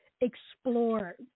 explore